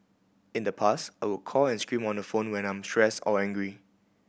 in the past I would call and scream on the phone when I'm stressed or angry